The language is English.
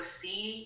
see